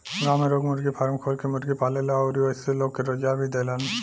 गांव में लोग मुर्गी फारम खोल के मुर्गी पालेलन अउरी ओइसे लोग के रोजगार भी देलन